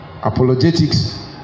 Apologetics